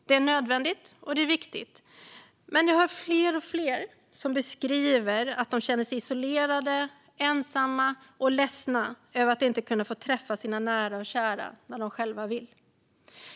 Det är nödvändigt och viktigt, men jag hör fler och fler som beskriver att de känner sig isolerade, ensamma och ledsna över att inte kunna få träffa sina nära och kära när de själva vill.